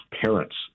parents